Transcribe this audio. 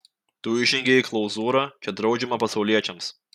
tu įžengei į klauzūrą čia draudžiama pasauliečiams